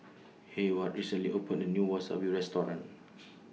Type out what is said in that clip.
Heyward recently opened A New Wasabi Restaurant